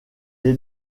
est